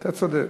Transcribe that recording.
אתה צודק.